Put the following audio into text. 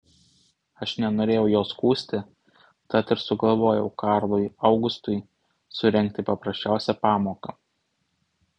aš nenorėjau jo skųsti tad ir sugalvojau karlui augustui surengti paprasčiausią pamoką